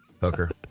Hooker